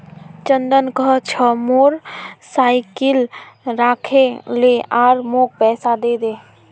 चंदन कह छ मोर साइकिल राखे ले आर मौक पैसा दे दे